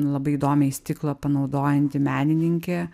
labai įdomiai stiklą panaudojanti menininkė